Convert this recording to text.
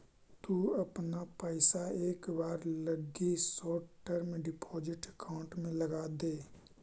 तु अपना पइसा एक बार लगी शॉर्ट टर्म डिपॉजिट अकाउंट में लगाऽ दे